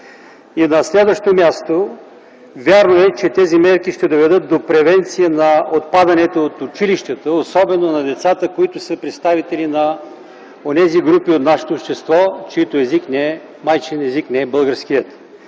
На следващо място: вярно е, че тези мерки ще доведат до превенция на отпадането от училището, особено на децата, които са представители на онези групи от нашето общество, чийто език не е майчин език, не е българският.